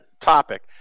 topic